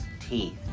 teeth